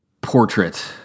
portrait